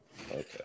Okay